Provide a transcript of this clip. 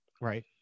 right